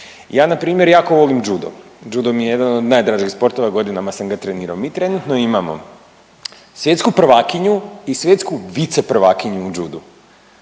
Ja npr. jako vodim džudo, džudo mi je jedan od najdražih sportova godinama sam ga trenirao, mi trenutno imamo svjetsku prvakinju i svjetsku viceprvakinju u džudu,